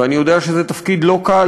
ואני יודע שזה תפקיד לא קל,